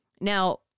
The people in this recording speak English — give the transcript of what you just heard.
Now